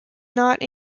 not